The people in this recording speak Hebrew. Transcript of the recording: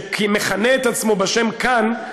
שמכנה את עצמו בשם "כאן"